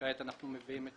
וכעת אנחנו מביאים את